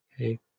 Okay